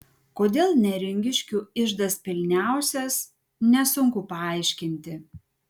kodėl neringiškių iždas pilniausias nesunku paaiškinti